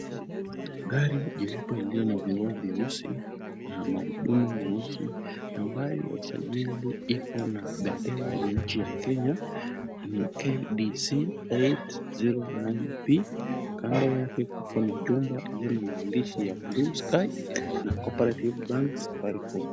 Gari cheupe iliyo na vioo vyeusi na magurudumu meusi ambayo usajili iko na bendera ya nchi ya Kenya ni KDC809P Kando yake kuna chumba iliyo na mandishi ya blue sky na Cooperative Bank ,Safaricom.